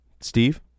steve